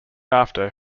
after